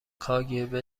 کاگب